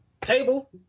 table